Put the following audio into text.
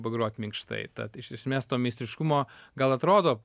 pagrot minkštai tad iš esmės to meistriškumo gal atrodo